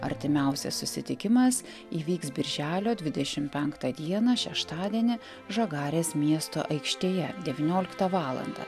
artimiausias susitikimas įvyks birželio dvidešim penktą dieną šeštadienį žagarės miesto aikštėje devynioliktą valandą